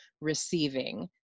receiving